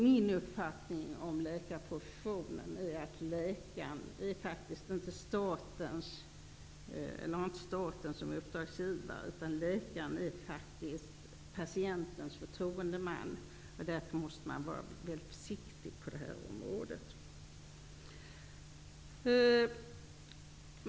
Min uppfattning om läkarprofessionen är att läkarna inte har staten som uppdragsgivare. Läkarna är faktiskt patientens förtroendeman. Därför måste man vara mycket försiktig på detta område.